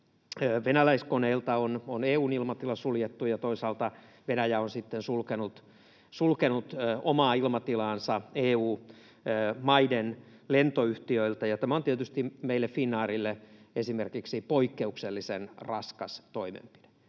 venäläiskoneilta on EU:n ilmatila suljettu, ja toisaalta Venäjä on sitten sulkenut omaa ilmatilaansa EU-maiden lentoyhtiöiltä, ja tämä on tietysti meille Finnairille esimerkiksi poikkeuksellisen raskas toimenpide.